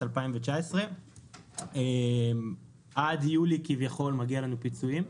2019. כביכול עד יולי מגיע לנו פיצויים,